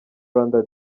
rwanda